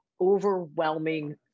overwhelming